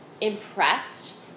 impressed